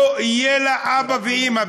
לא יהיו לה אבא ואימא.